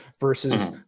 versus